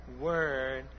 word